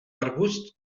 arbusts